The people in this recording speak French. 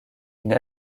une